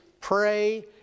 pray